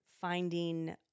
finding